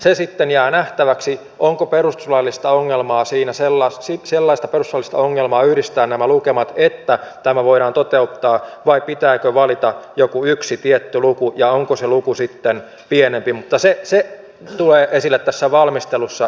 se sitten jää nähtäväksi onko sellaista perustuslaillista ongelmaa yhdistää nämä lukemat että tämä voidaan toteuttaa vai pitääkö valita joku yksi tietty luku ja onko se luku sitten pienempi mutta se tulee esille tässä valmistelussa